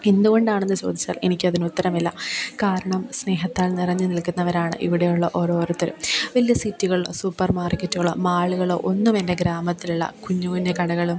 എന്ത്കൊണ്ടാണെന്ന് ചോദിച്ചാൽ എനിക്കതിന് ഉത്തരമില്ല കാരണം സ്നേഹത്താൽ നിറഞ്ഞ് നിൽക്കുന്നവരാണ് ഇവിടെയുള്ള ഓരോരുത്തരും വലിയ സിറ്റികളോ സൂപ്പർ മാർക്കെറ്റുകളോ മാളുകളോ ഒന്നുമെൻ്റെ ഗ്രാമത്തിലില്ല കുഞ്ഞുകുഞ്ഞു കടകളും